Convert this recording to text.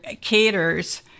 caters